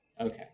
Okay